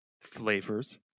flavors